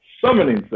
summoning